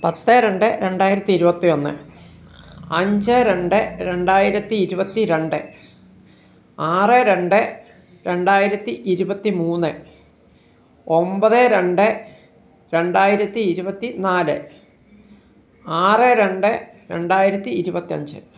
പത്ത് രണ്ട് രണ്ടായിരത്തി ഇരുപത്തി ഒന്ന് അഞ്ച് രണ്ട് രണ്ടായിരത്തി ഇരുപത്തി രണ്ട് ആറ് രണ്ട് രണ്ടായിരത്തി ഇരുപത്തി മൂന്ന് ഒമ്പത് രണ്ട് രണ്ടായിരത്തി ഇരുപത്തി നാല് ആറ് രണ്ട് രണ്ടായിരത്തി ഇരുപത്തഞ്ച്